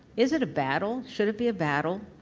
is it a battle? should it be a battle?